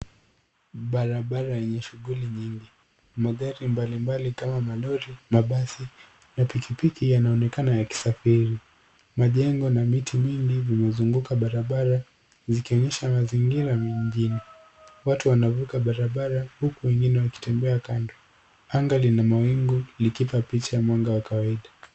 Barabara yenye shughuli nyingi. Magari mbalimbali kama malori, mabasi na pikipiki yanaonekana yakisafiri. Majengo na miti mingi zimezunguka barabara zikionyesha mazingira mengine. Watu wanavuka barabara huku wengine wakitembea kando. Anga lina mawingu likipa picha ya mwanga wa kawaida.